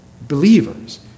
believers